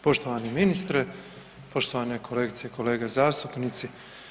Poštovani ministre, poštovane kolegice i kolege zastupnici.